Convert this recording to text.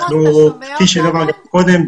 כפי שנאמר קודם,